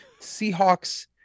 Seahawks